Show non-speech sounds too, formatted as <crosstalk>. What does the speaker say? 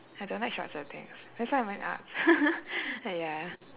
I don't like structured things that's why I went arts <laughs> but ya